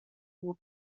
will